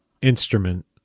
instrument